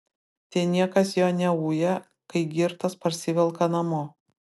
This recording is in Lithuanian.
ten niekas jo neuja kai girtas parsivelka namo